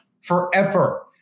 forever